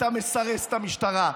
אתה מסרס את המשטרה.